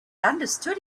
understood